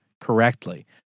correctly